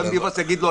גם אם ביבס יגיד לו,